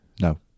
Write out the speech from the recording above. no